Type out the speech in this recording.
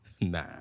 Nah